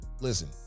Listen